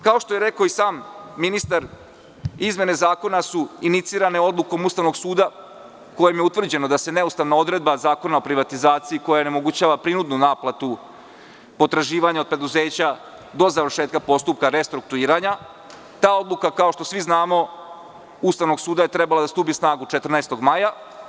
Kao što je rekao i sam ministar, izmene zakona su inicirane odlukom Ustavnog suda kojom je utvrđeno da se neustavna odredba Zakona o privatizaciji, koja onemogućava prinudnu naplatu potraživanja od preduzeća do završetka postupka restrukturiranja, ta odluka Ustavnog suda, kao što svi znamo, trebala je da stupi na snagu 14. maja.